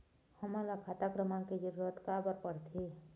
हमन ला खाता क्रमांक के जरूरत का बर पड़थे?